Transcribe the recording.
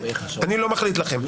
אני לא מחליט לכם.